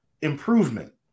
improvement